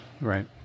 right